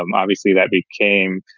um obviously, that became